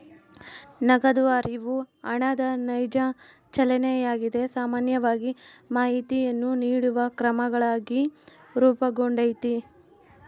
ನಗದು ಹರಿವು ಹಣದ ನೈಜ ಚಲನೆಯಾಗಿದೆ ಸಾಮಾನ್ಯವಾಗಿ ಮಾಹಿತಿಯನ್ನು ನೀಡುವ ಕ್ರಮಗಳಾಗಿ ರೂಪುಗೊಂಡೈತಿ